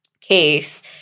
case